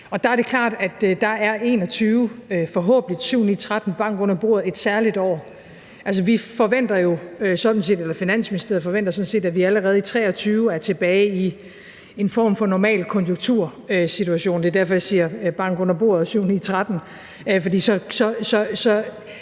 der er det klart, at 2021 forhåbentlig – syv-ni-tretten! Bank under bordet – er et særligt år. Altså, Finansministeriet forventer sådan set, at vi allerede i 2023 er tilbage i en form for normal konjunktursituation, og det er derfor, jeg siger bank under bordet og